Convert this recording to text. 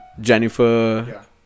Jennifer